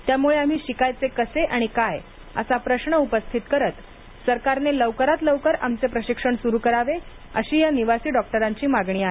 त्यामुळे आम्ही शिकायचे कसे आणि काय असा प्रश्र उपस्थित करत सरकारने लवकरात लवकर आमचे प्रशिक्षण सुरू करावे अशी या निवासी डॉक्टरांची मागणी आहे